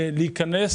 להיכנס